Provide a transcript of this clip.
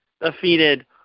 defeated